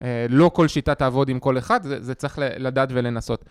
לא כל שיטה תעבוד עם כל אחד, זה צריך לדעת ולנסות.